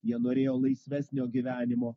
jie norėjo laisvesnio gyvenimo